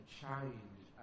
change